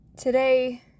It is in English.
today